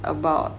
about